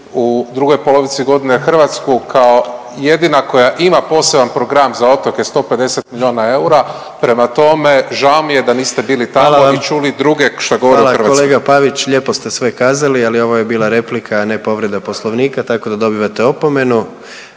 u drugoj polovici godine Hrvatsku kao jedina koja ima poseban program za otoke 150 milijuna eura. Prema tome žao mi je da niste bili tamo…/Upadica predsjednik: Hvala/…i čuli druge šta govore o Hrvatskoj. **Jandroković, Gordan (HDZ)** Hvala, kolega Pavić lijepo ste sve kazali, ali ovo je bila replika, a ne povreda poslovnika, tako da dobivate opomenu.